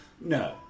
No